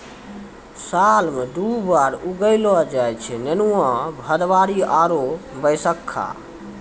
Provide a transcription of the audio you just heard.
साल मॅ दु बार उगैलो जाय छै नेनुआ, भदबारी आरो बैसक्खा